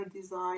design